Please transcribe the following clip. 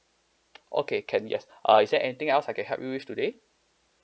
okay can yes err is there anything else I can help you with today